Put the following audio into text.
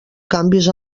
canvis